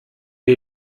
die